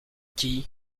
qui